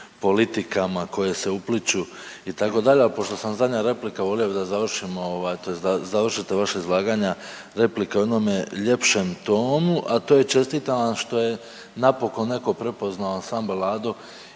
politikama koje se upliću, itd., ali pošto vam zadnja replika, volio bih da završimo ovaj, tj. da završite vaša izlaganja replika u jednome ljepšem tonu, a to je, čestitam vam što je napokon netko prepoznao Ansambl Lado